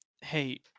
Hey